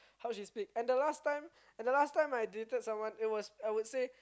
how she speak and the last time and the last time I dated someone I would say